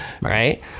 right